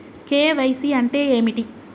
KYC అంటే ఏమిటి?